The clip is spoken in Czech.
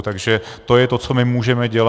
Takže to je to, co my můžeme dělat.